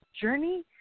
journey